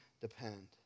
depend